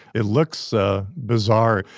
it looks ah bizarre.